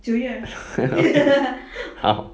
好